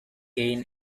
gain